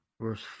Verse